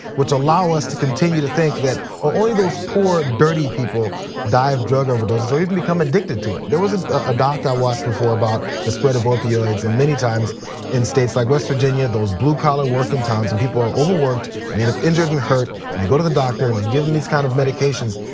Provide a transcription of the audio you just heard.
which allow us to continue to think that only those poor dirty people died of drug overdoses or even become addicted to it. there wasn't a doc i watched before about the spread of opioids. and many times in states like west virginia, those blue collar working towns and people are overworked and they end up injured and hurt. and they go to the doctor and they give them these kind of medications.